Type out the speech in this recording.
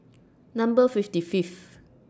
Number fifty Fifth